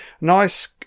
Nice